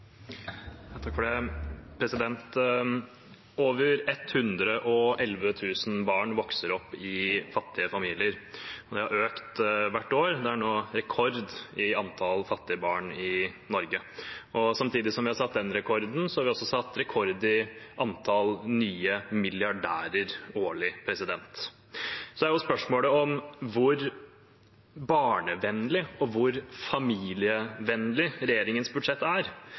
Over 111 000 barn vokser opp i fattige familier. Det har økt hvert år, og det er nå rekord i antallet fattige barn i Norge. Samtidig som vi har satt den rekorden, har vi også satt rekord i antall nye milliardærer årlig. Så er spørsmålet hvor barnevennlig og familievennlig regjeringens budsjett er.